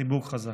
חיבוק חזק.